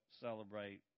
celebrate